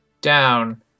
down